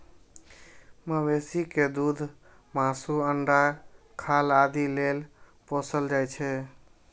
मवेशी कें दूध, मासु, अंडा, खाल आदि लेल पोसल जाइ छै